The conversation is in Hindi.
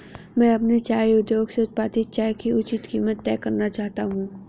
मैं अपने चाय उद्योग से उत्पादित चाय की उचित कीमत तय करना चाहता हूं